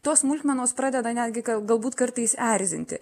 tos smulkmenos pradeda netgi gal galbūt kartais erzinti